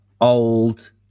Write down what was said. old